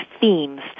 themes